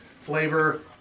flavor